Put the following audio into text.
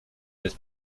des